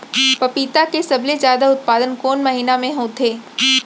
पपीता के सबले जादा उत्पादन कोन महीना में होथे?